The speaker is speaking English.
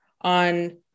on